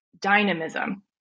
dynamism